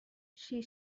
she